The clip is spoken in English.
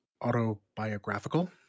autobiographical